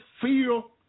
feel